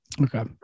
Okay